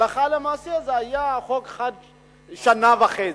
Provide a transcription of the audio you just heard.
הלכה למעשה, זה היה שנה וחצי.